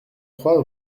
trois